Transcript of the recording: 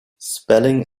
spelling